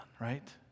right